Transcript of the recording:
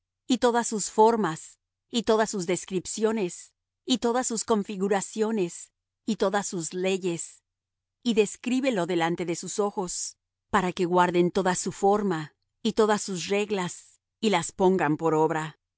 y todas sus formas y todas sus descripciones y todas sus configuraciones y todas sus leyes y descríbelo delante de sus ojos para que guarden toda su forma y todas sus reglas y las pongan por obra